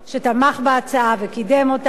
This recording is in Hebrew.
שתמך בהצעה וקידם אותה,